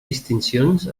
distincions